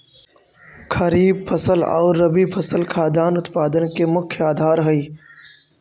खरीफ फसल आउ रबी फसल खाद्यान्न उत्पादन के मुख्य आधार हइ